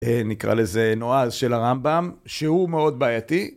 נקרא לזה נועז של הרמב״ם, שהוא מאוד בעייתי.